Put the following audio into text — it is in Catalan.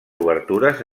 obertures